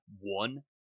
one